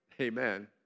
Amen